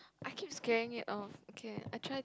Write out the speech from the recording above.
I keep scaring it off okay I try